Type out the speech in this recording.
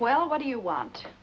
well what do you want